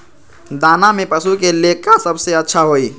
दाना में पशु के ले का सबसे अच्छा होई?